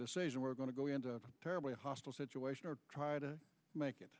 decision we're going to go into a terribly hostile situation or try to make it